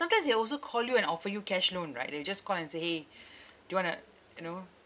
sometimes they also call you and offer you cash loan right they will just call and say !hey! do you want to you know